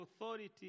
authority